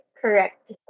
correct